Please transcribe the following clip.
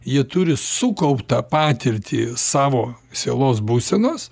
jie turi sukauptą patirtį savo sielos būsenos